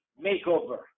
makeover